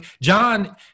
john